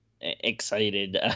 excited